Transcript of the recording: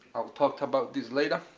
i'll talk about this later.